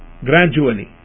gradually